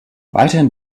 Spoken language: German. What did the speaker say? weiterhin